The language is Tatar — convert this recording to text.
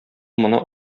моны